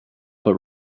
but